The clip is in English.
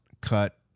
cut